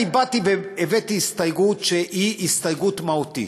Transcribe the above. אני באתי והבאתי הסתייגות שהיא הסתייגות מהותית.